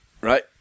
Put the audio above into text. right